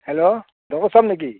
hello নেকি